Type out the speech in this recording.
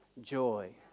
joy